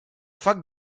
fac